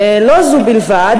לא זו בלבד,